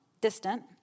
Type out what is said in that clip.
Distant